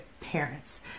parents